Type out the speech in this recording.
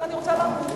אני רוצה לענות.